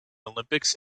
olympics